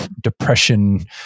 depression